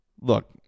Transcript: look